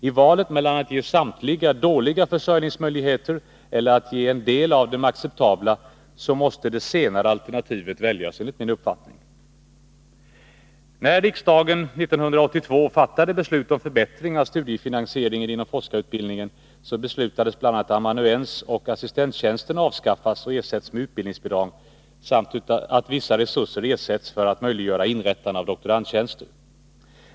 I valet mellan att ge samtliga dåliga försörjningsmöjligheter eller att ge en del av dem acceptabla, måste det senare alternativet väljas enligt min uppfattning. När riksdagen 1982 fattade beslut om förbättring av studiefinansieringen inom forskarutbildningen beslutades bl.a. att amanuensoch assistenttjänsterna avskaffas och ersätts med utbildningsbidrag samt att vissa resurser avsätts för att möjliggöra inrättande av doktorandtjänster.